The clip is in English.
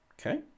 Okay